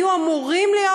היו אמורים להיות,